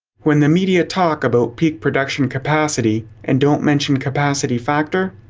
when the media talk about peak production capacity, and don't mention capacity factor,